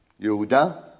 Yehuda